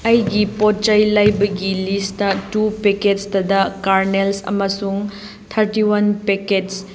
ꯑꯩꯒꯤ ꯄꯣꯠ ꯆꯩ ꯂꯩꯕꯒꯤ ꯂꯤꯁꯇ ꯇꯨ ꯄꯦꯛꯀꯦꯠꯁꯇꯗ ꯀꯥꯔꯅꯦꯜ ꯑꯃꯁꯨꯡ ꯊꯥꯔꯇꯤ ꯋꯥꯟ ꯄꯦꯀꯦꯠꯁ